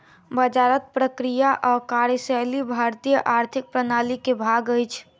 बजारक प्रक्रिया आ कार्यशैली भारतीय आर्थिक प्रणाली के भाग अछि